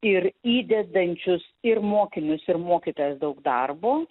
ir įdedančius ir mokinius ir mokytojas daug darbo